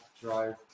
drive